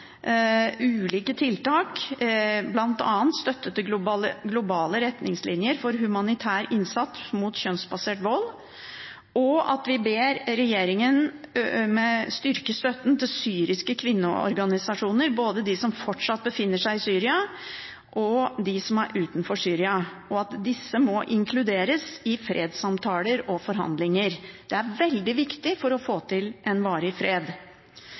ulike tiltak, bl.a. støtte til globale retningslinjer for humanitær innsats mot kjønnsbasert vold, og vi ber regjeringen styrke støtten til syriske kvinneorganisasjoner – både de som fortsatt befinner seg i Syria, og de som er utenfor Syria – og at disse må inkluderes i fredssamtaler og -forhandlinger. Det er veldig viktig for å få til en varig fred.